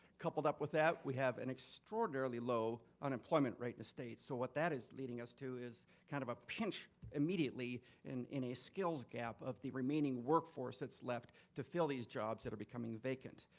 coupled up with that, we have an extraordinarily low unemployment rate in the state. so what that is leading us to is kind of a pinch immediately in in a skills gap of the remaining workforce that's left to fill these jobs that are becoming vacant.